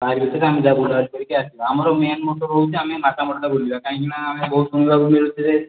ତାରି ଭିତରେ ଆମେ ଯାହା ବୁଲାବୁଲି କରି ଆସିବା ଆମର ମେନ୍ ମୋଟୋ ହେଉଛି ଆମେ ମାତାମଠଟା ବୁଲିବା କାହିଁକିନା ବହୁତ୍ ଶୁଣିବାକୁ ମିଳୁଛି ଯେ